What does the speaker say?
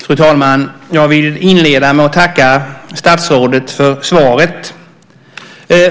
Fru talman! Jag vill inleda med att tacka statsrådet för svaret.